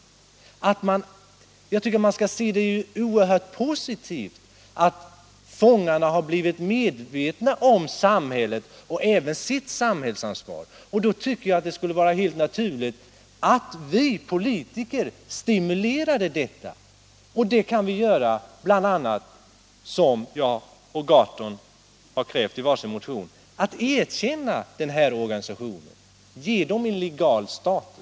Jag tycker att man skall se det som någonting oerhört positivt att fångarna har blivit medvetna om samhället och sitt samhällsansvar. Vi politiker borde stimulera detta. Det kan vi göra, som herr Gahrton och jag krävt I var sin motion, genom att erkänna den här organisationen och ge den en jegal status.